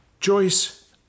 Joyce